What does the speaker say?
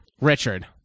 Richard